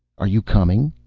are you coming?